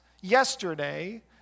yesterday